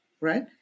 right